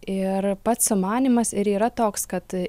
ir pats sumanymas ir yra toks kad